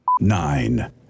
nine